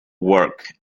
work